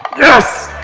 yes!